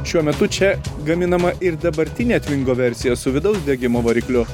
šiuo metu čia gaminama ir dabartinė tvingo versija su vidaus degimo varikliu